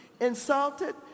insulted